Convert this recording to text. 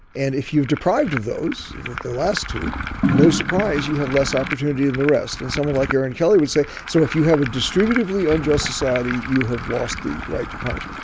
and if you deprived of those that the last, to no surprise, you have less opportunity in the rest. and someone like aaron kelly would say so if you have a distributed, fully unjust society, you have lost the right to punish.